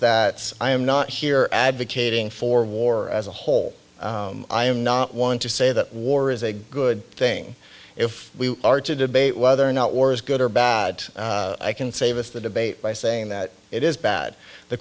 that i am not here advocating for war as a whole i am not one to say that war is a good thing if we are to debate whether or not war is good or bad i can save us the debate by saying that it is bad the